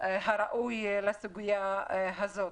הראוי לסוגיה הזאת.